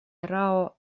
erao